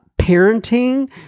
parenting